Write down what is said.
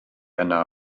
yna